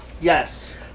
Yes